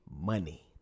money